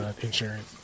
insurance